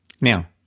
Now